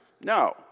No